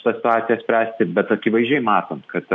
šitą situaciją spręsti bet akivaizdžiai matom kad